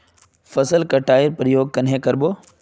फसल कटाई प्रयोग कन्हे कर बो?